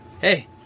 hey